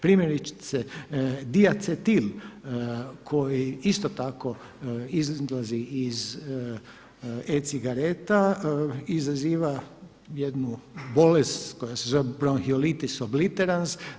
Primjerice dijacetil koji isto tako izlazi iz e-cigareta izaziva jednu bolest koja se zove bronhilitis obliterans.